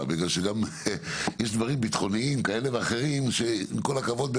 בגלל שיש דברים ביטחוניים כאלה ואחרים שעם כל הכבוד,